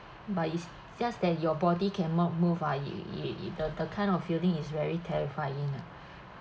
but it's just that your body cannot move ah it the the kind of feeling is very terrifying ah